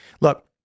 Look